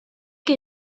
que